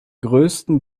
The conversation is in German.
größten